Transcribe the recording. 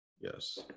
Yes